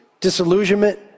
disillusionment